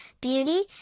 beauty